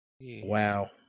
wow